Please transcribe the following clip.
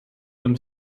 them